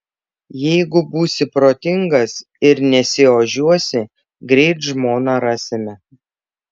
jeigu būsi protingas ir nesiožiuosi greit žmoną rasime